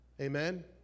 Amen